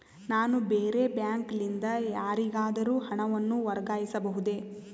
ನಾನು ಬೇರೆ ಬ್ಯಾಂಕ್ ಲಿಂದ ಯಾರಿಗಾದರೂ ಹಣವನ್ನು ವರ್ಗಾಯಿಸಬಹುದೇ?